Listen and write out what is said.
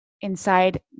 inside